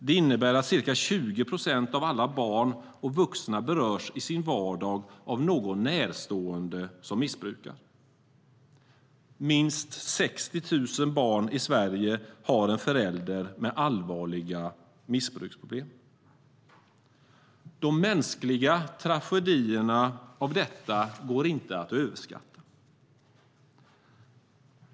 Det innebär att ca 20 procent av alla barn och vuxna berörs i sin vardag av någon närstående som missbrukar. Minst 60 000 barn i Sverige har en förälder med allvarliga missbruksproblem. De mänskliga tragedierna av detta går inte att överskatta.